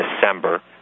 December